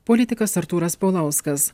politikas artūras paulauskas